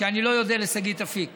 בלי שאודה לשגית אפיק